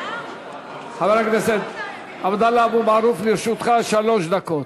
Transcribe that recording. חבר הכנסת עבדאללה אבו מערוף, לרשותך שלוש דקות.